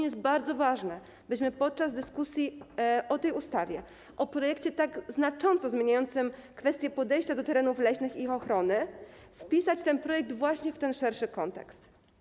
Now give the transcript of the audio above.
Jest bardzo ważne, by podczas dyskusji o tej ustawie, o projekcie tak znacząco zmieniającym kwestię podejścia do terenów leśnych i ich ochrony, wpisać ten projekt właśnie w ten szerszy kontekst.